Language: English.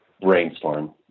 brainstorm